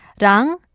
Rang